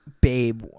Babe